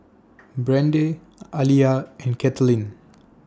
Brande Aliyah and Katelin